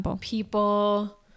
people